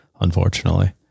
unfortunately